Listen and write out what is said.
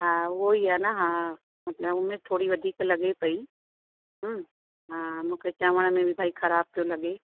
हा उहो ई आहे न हा मतिलबु उमिरि थोरी वधीक लॻे पई हूं हा मूंखे चवण में बि भई ख़राबु पियो लॻे